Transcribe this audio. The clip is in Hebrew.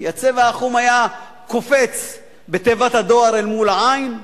כי הצבע החום היה קופץ בתיבת הדואר אל מול העין.